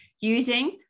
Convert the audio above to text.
using